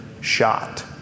shot